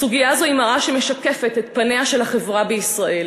הסוגיה הזאת היא מראה שמשקפת את פניה של החברה בישראל.